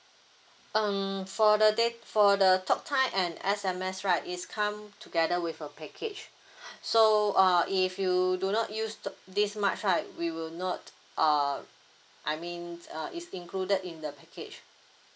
um for the dat~ for the talktime and S_M_S right it's come together with a package so err if you do not use th~ this much right we will not err I mean err is included in the package